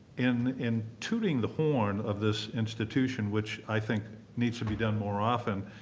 in in tooting the horn of this institution, which i think needs to be done more often,